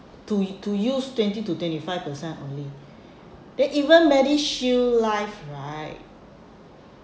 to to use twenty to twenty five percent only then even MediShield life right